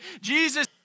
Jesus